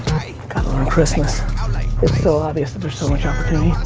gotta learn christmas. ah like it's so obvious that there's so much um